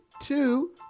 Two